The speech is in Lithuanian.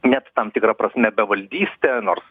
net tam tikra prasme bevaldystę nors